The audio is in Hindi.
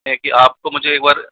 क्या है कि आपको मुझे एक बार